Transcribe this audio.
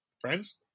friends